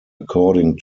according